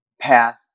path